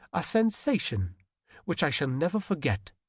a sensation which i shall never forget,